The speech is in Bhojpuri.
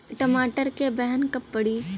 टमाटर क बहन कब पड़ी?